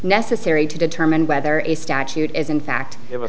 necessary to determine whether a statute is in fact it was